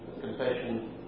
confession